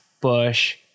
bush